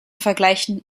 vergleichen